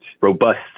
robust